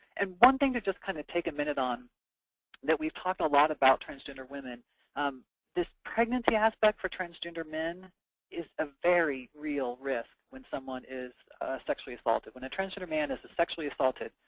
and one thing to just kind of take a minute on that we've talked a lot about transgender women this pregnancy aspect for transgender men is a very real risk when someone is sexually assaulted. when a transgender man is is sexually assaulted,